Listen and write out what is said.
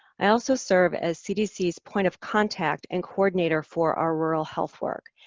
i also serve as cdc's point of contact and coordinator for our rural health work.